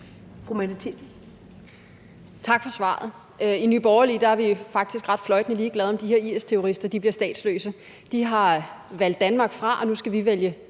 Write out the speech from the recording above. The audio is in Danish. Mette Thiesen (NB): Tak for svaret. I Nye Borgerlige er vi faktisk fløjtende ligeglade med, om de her IS-terrorister bliver statsløse. De har valgt Danmark fra, og nu skal vi vælge